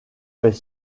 fait